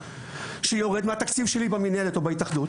שיורד מהתקציב שלי במינהלת או בהתאחדות.